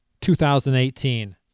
2018